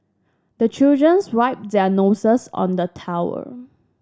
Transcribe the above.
the children wipe their noses on the towel